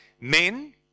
men